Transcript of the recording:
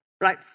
Right